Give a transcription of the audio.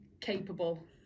capable